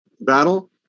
battle